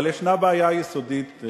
אבל ישנה בעיה יסודית,